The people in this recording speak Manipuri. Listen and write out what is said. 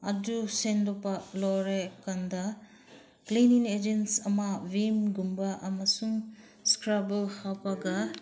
ꯑꯗꯨ ꯁꯦꯡꯗꯣꯛꯄ ꯂꯣꯏꯔꯦ ꯀꯥꯟꯗ ꯀ꯭ꯂꯤꯟꯅꯤꯡ ꯑꯦꯖꯦꯟꯁ ꯑꯃ ꯚꯤꯝꯒꯨꯝꯕ ꯑꯃꯁꯨꯡ ꯁ꯭ꯀꯔꯕꯔ ꯍꯥꯞꯄꯒ